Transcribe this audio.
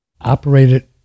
operated